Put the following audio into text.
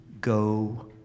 go